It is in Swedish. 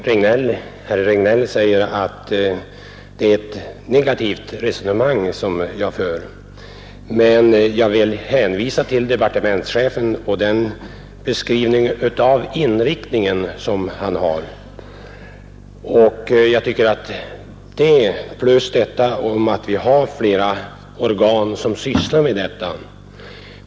Fru talman! Herr Regnéll säger att jag för ett negativt resonemang, men jag vill då hänvisa till den beskrivning av verksamhetens inriktning som departementschefen har givit när det gäller STU. Det finns vidare flera organ som sysslar med detta.